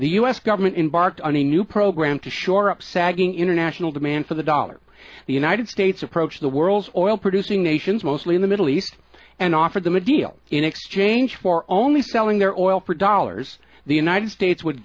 the u s government embarks on a new program to shore up sagging international demand for the dollar the united states approach the world's oil using nations mostly in the middle east and offered them a deal in exchange for only selling their oil production is the united states would